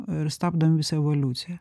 ir stabdom visą evoliuciją